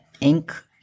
Ink